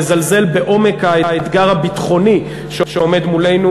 לזלזל בעומק האתגר הביטחוני שעומד מולנו,